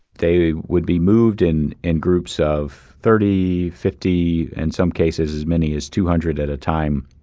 they would be moved in in groups of thirty, fifty, in some cases as many as two hundred at a time,